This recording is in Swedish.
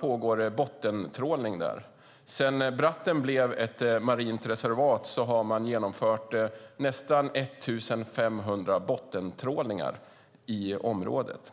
pågår det bottentrålning där. Sedan Bratten blev ett marint reservat har man genomfört nästan 1 500 bottentrålningar i området.